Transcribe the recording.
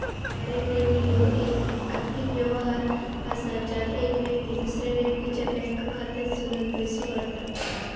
direct debit ह्यो येक आर्थिक व्यवहार असा ज्यात येक व्यक्ती दुसऱ्या व्यक्तीच्या बँक खात्यातसूनन पैसो काढता